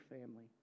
family